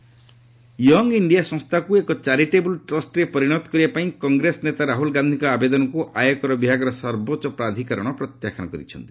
IT Rahul young India ସଂସ୍ଥାକୁ ଏକ charitable ଟ୍ରଷ୍ଟରେ ପରିଣତ କରିବା ପାଇଁ କଂଗ୍ରେସ ନେତା ରାହୁଲ ଗାନ୍ଧିଙ୍କ ଆବେଦନକୁ ଆୟକର ବିଭାଗର ସର୍ବୋଚ୍ଚ ପ୍ରାଧିକରଣ ପ୍ରତ୍ୟାଖ୍ୟାନ କରିଛନ୍ତି